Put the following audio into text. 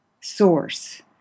source